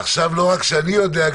עכשיו לא רק שאני יודע,